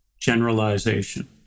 generalization